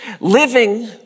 living